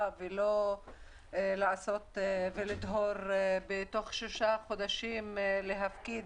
ולא לדהור בתוך שישה חודשים ולהפקיד